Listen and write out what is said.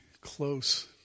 close